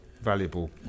valuable